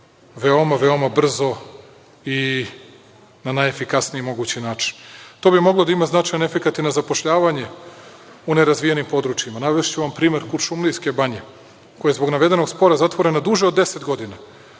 veoma, veoma brzo i na najefikasniji mogući način. To bi moglo da ima značajan efekat i na zapošljavanje u nerazvijenim područjima. Navešću vam primer Kuršumlijske banje, koja je zbog navedenog spora zatvorena duže od 10 godina,